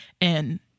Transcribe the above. and-